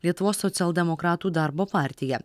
lietuvos socialdemokratų darbo partija